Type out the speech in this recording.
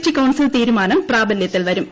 T council തീരുമാനം പ്രാബല്യത്തിൽ വരും